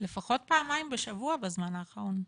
לפחות פעמיים בשבוע בזמן האחרון,